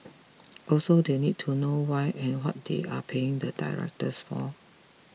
also they need to know why and what they are paying the directors for